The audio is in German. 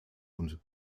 und